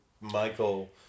Michael